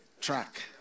track